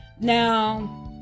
Now